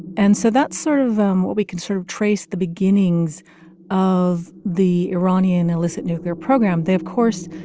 and so that's sort of um what we can sort of trace the beginnings of the iranian illicit nuclear program. they, of course,